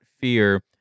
fear